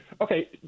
Okay